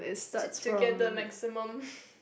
to to get the maximum